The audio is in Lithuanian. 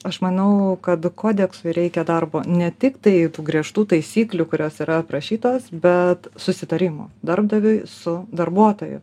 aš manau kad kodeksui reikia darbo ne tik tai tų griežtų taisyklių kurios yra aprašytos bet susitarimo darbdaviui su darbuotoju